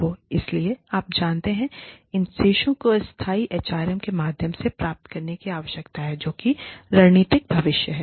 इसलिए आप जानते हैं इन शेषों को स्थायी एचआरएम के माध्यम से प्राप्त करने की आवश्यकता है जो कि रणनीतिक भविष्य है